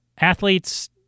athletes